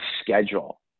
schedule